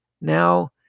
now